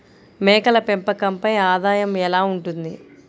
మేకల పెంపకంపై ఆదాయం ఎలా ఉంటుంది?